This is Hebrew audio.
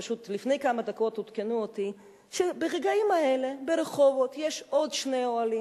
פשוט לפני כמה דקות עדכנו אותי שברגעים האלה ברחובות יש עוד שני אוהלים.